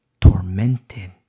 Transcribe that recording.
tormented